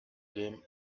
game